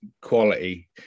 quality